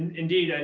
and indeed, and